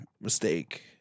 Mistake